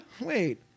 wait